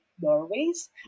doorways